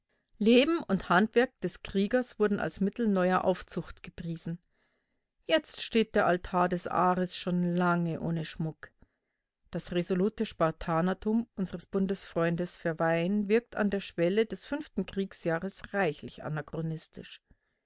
leben und handwerk des kriegers wurden als mittel neuer aufzucht gepriesen jetzt steht der altar des ares schon lange ohne schmuck das resolute spartanertum unseres bundesfreundes verweyen wirkt an der schwelle des fünften kriegsjahres reichlich anachronistisch